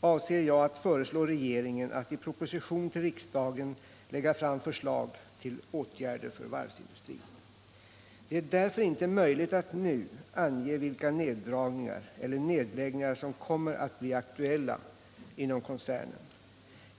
avser jag att föreslå regeringen att i proposition till riksdagen lägga fram förslag till åtgärder för varvsindustrin. Det är därför inte möjligt att nu ange vilka neddragningar eller ned läggningar som kommer att bli aktuella inom koncernen.